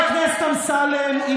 כשחבר הכנסת אמסלם,